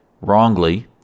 wrongly